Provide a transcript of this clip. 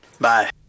Bye